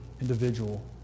individual